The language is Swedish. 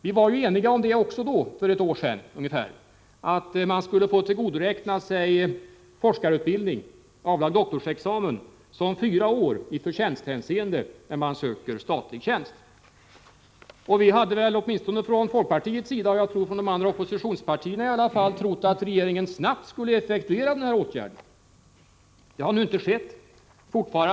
Vi var ju för ett år sedan eniga om att man skulle få tillgodoräkna sig forskarutbildning, alltså avlagd doktorsexamen, såsom fyra år i förtjänsthänseende när man söker statlig tjänst. Åtminstone inom folkpartiet — och jagtror det gäller även övriga oppositionspartier — hade vi trott att regeringen snabbt skulle effektuera denna beställning. Så har dock inte skett.